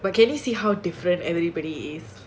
what can you see how different everybody is